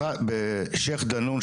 בשייח' דנון,